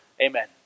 Amen